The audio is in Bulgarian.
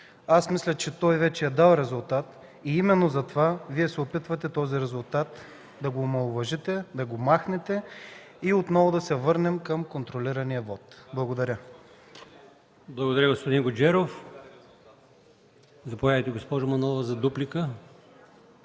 Аз мисля, че той вече е дал резултат и именно затова Вие се опитвате този резултат да го омаловажите, да го махнете и отново да се върнем към контролирания вот. Благодаря. ПРЕДСЕДАТЕЛ АЛИОСМАН ИМАМОВ: Благодаря, господин Гуджеров. Заповядайте, госпожо Манолова, за дуплика.